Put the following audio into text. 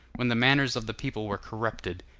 when the manners of the people were corrupted,